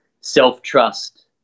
self-trust